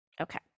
okay